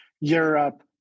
Europe